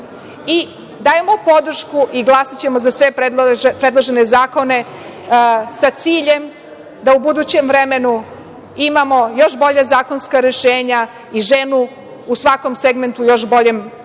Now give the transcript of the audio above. i dajemo podršku i glasaćemo za sve predložene zakone, sa ciljem da u budućem vremenu imamo još bolja zakonska rešenja i ženu u svakom segmentu u još boljem